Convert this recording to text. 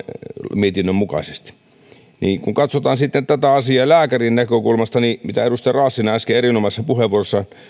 mietinnön mukaisesti tuli mieleen että kun katsotaan sitten tätä asiaa lääkärin näkökulmasta kuten edustaja raassina äsken erinomaisessa puheenvuorossaan